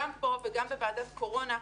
גם פה וגם בוועדת קורונה,